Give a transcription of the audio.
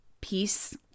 peace